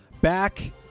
back